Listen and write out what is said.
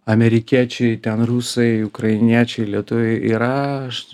amerikiečiai ten rusai ukrainiečiai lietuviai yra aš